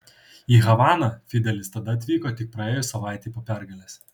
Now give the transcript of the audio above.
į havaną fidelis tada atvyko tik praėjus savaitei po pergalės